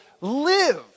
live